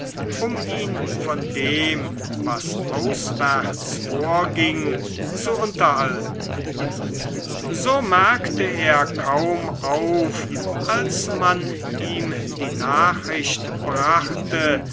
um ihn von dem was auswärts vorging zu unterhalten so merkte er kaum auf als man ihm die nachricht brachte